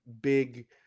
big